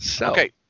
Okay